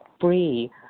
free